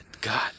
God